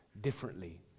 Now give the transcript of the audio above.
differently